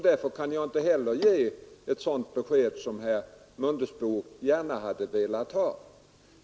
Därför kan jag inte heller ge ett sådant besked som herr Mundebo gärna hade velat ha.